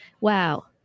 Wow